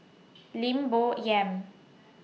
Lim Bo Yam